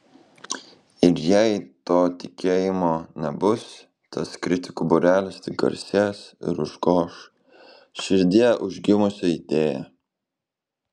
ir jei to tikėjimo nebus tas kritikų būrelis tik garsės ir užgoš širdyje užgimusią idėją